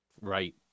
Right